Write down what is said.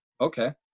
okay